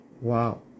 Wow